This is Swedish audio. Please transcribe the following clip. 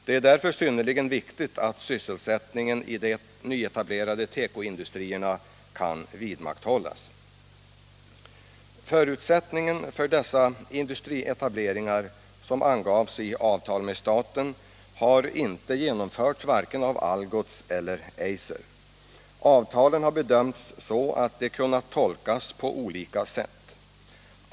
Det är därför synnerligen viktigt att sysselsättningen i de nyetablerade tekoindustrierna kan vidmakthållas. Förutsättningen för dessa industrietableringar, som angavs i avtal med staten, har inte uppfyllts av vare sig Algots eller Eiser. Man har bedömt att avtalen kunnat tolkas på olika sätt.